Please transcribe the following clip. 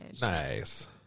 Nice